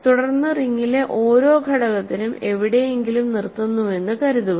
തുടർന്ന് റിംഗിലെ ഓരോ ഘടകത്തിനും എവിടെയെങ്കിലും നിർത്തുന്നുവെന്ന് കരുതുക